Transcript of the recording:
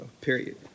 period